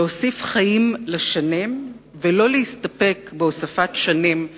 להוסיף חיים לשנים ולא להסתפק בהוספת שנים לחיים.